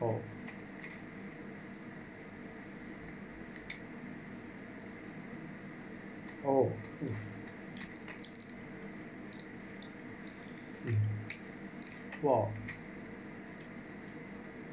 oh oh mm !whoa!